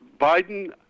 Biden